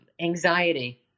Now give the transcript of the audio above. anxiety